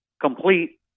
complete